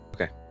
Okay